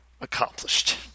accomplished